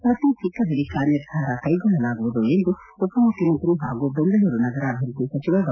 ಪ್ರತಿ ಸಿಕ್ಕ ಬಳಿಕ ನಿರ್ಧಾರ ಕೈಗೊಳ್ಳಲಾಗುವುದು ಎಂದು ಉಪಮುಖ್ಯಮಂತ್ರಿ ಹಾಗೂ ಬೆಂಗಳೂರು ನಗರಾಭಿವೃದ್ಧಿ ಸಚಿವ ಡಾ